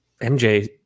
MJ